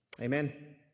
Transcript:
Amen